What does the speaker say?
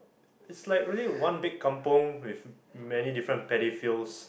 it's like really one big kampung with many different paddy fields